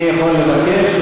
אני יכול לבקש,